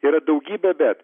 yra daugybė bet